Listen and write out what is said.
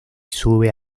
sube